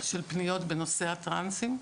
של פניות בנושא הטרנסים.